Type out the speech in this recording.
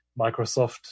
Microsoft